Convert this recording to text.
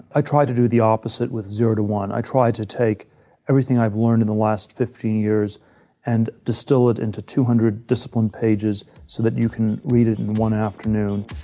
i tried to do the opposite with zero to one. i tried to take everything i've learned in the last fifteen years and distill it into two hundred disciplined pages so that you can read it in one afternoon.